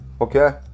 okay